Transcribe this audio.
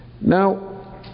Now